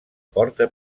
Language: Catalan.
porta